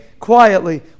Quietly